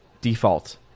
default